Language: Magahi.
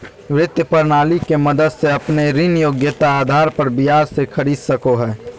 वित्त प्रणाली के मदद से अपने ऋण योग्यता आधार पर बाजार से खरीद सको हइ